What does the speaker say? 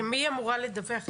למי אמורה לדווח.